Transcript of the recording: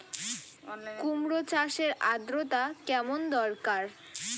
কুমড়ো চাষের আর্দ্রতা কেমন দরকার?